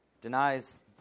denies